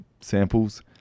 samples